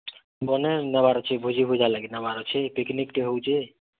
ବନେ ନେବାର୍ ଅଛି ଭୋଜି ଭୁଜା ଲାଗି ନେବାର୍ ଅଛି ପିକ୍ନିକ୍ଟେ ହେଉଁଛେ